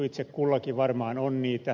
itse kullakin varmaan on niitä